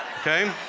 okay